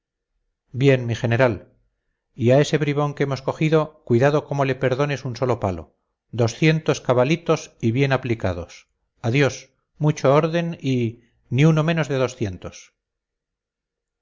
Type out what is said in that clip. bien mi general y a ese bribón que hemos cogido cuidado como le perdones un solo palo doscientos cabalitos y bien aplicados adiós mucho orden y ni uno menos de doscientos